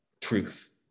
truth